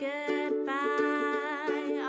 Goodbye